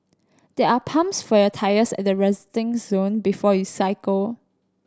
there are pumps for your tyres at the resting zone before you cycle